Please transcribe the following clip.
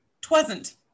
Twasn't